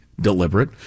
deliberate